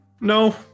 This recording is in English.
no